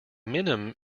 minim